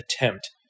attempt